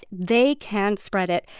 they can spread it.